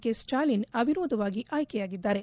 K Stalin ಅವಿರೋಧವಾಗಿ ಆಯ್ಕೆಯಾಗಿದ್ದಾರೆ